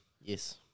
Yes